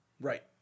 right